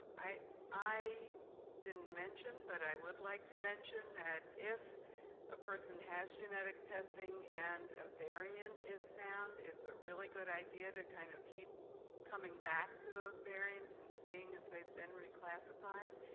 i i didn't mention, but i would like to mention that if a person has genetic testing and a variant is found, it's a really good idea to kind of keep coming back to those variants and seeing if they've been reclassified,